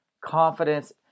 confidence